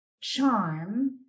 charm